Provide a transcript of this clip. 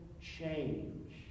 change